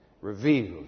revealed